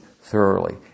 thoroughly